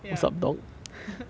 ya